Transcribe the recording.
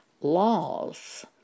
laws